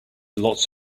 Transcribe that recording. lots